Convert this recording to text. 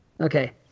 Okay